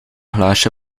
glaasje